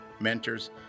mentors